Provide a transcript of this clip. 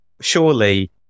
Surely